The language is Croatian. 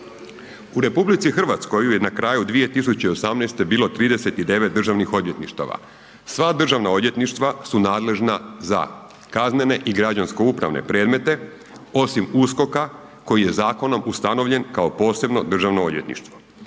U RH je na kraju 2018. bilo 39 državnih odvjetništava, sva državna odvjetništva su nadležna za kaznene i građansko-upravne predmete osim USKOK-a koji je zakonom ustanovljen kao posebno državno odvjetništvo.